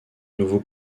nouveau